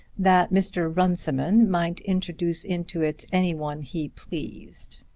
that mr. runciman might introduce into it any one he pleased.